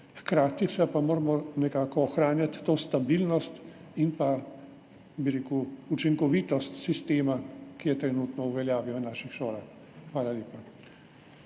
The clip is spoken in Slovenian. seveda pa moramo nekako ohranjati to stabilnost in učinkovitost sistema, ki je trenutno v veljavi v naših šolah. Hvala lepa.